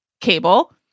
cable